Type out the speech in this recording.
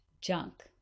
junk